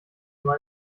nur